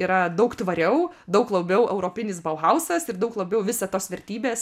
yra daug tvariau daug labiau europinis bauhausas ir daug labiau visa tos vertybės